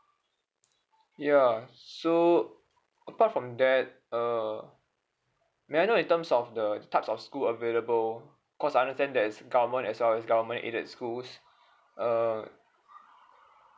ya so apart from that err may I know in terms of the types of school available cause I understand there's government as well as government aided schools err